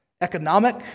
Economic